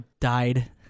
died